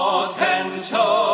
Potential